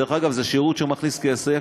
דרך אגב, זה שירות שמכניס כסף.